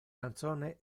canzone